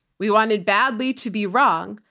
we wanted badly to be wrong,